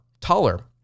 taller